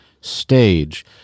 stage